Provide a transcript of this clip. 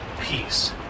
peace